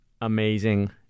amazing